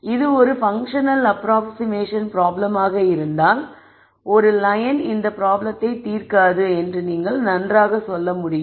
இது ஒரு function approximation ப்ராப்ளமாக இருந்தால் ஒரு லயன் இந்த ப்ராப்ளத்தை தீர்க்காது என்று நீங்கள் நன்றாக சொல்ல முடியும்